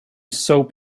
soap